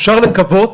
אפשר לקוות,